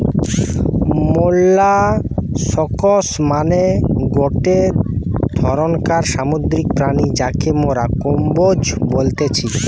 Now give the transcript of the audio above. molluscs মানে গটে ধরণকার সামুদ্রিক প্রাণী যাকে মোরা কম্বোজ বলতেছি